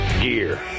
gear